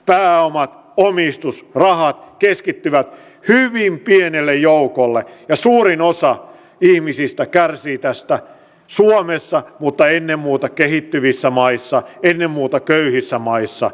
pääomat omistus rahat keskittyvät hyvin pienelle joukolle ja suurin osa ihmisistä kärsii tästä suomessa mutta ennen muuta kehittyvissä maissa ennen muuta köyhissä maissa